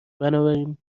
بنابراین